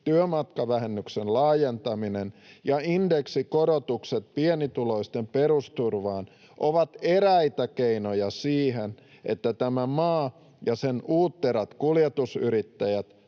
työmatkavähennyksen laajentaminen ja indeksikorotukset pienituloisten perusturvaan ovat eräitä keinoja siihen, että tämä maa ja sen uutterat kuljetusyrittäjät